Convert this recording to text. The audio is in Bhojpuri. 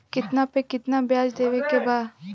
कितना पे कितना व्याज देवे के बा?